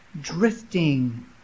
drifting